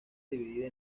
dividida